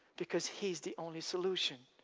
because he's the only solution